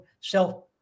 self